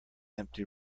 empty